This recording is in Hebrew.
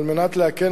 כדי להקל